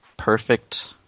perfect